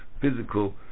physical